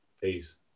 Peace